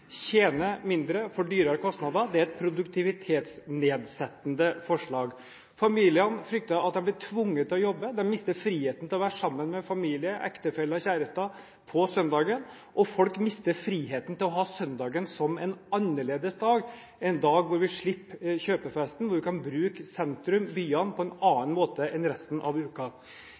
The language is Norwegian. tjene mindre, og at de vil få større kostnader. Dette er et produktivitetsnedsettende forslag. Familier frykter at de blir tvunget til å jobbe. Man mister friheten til å være sammen med familie, ektefelle eller kjæreste på søndager. Folk mister friheten til å ha søndagen som en annerledes dag, en dag da man slipper kjøpefesten, en dag da man kan bruke sentrum, byene, på en annen måte enn resten av